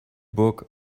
book